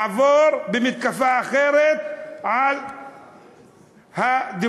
נעבור למתקפה אחרת על הדמוקרטיה.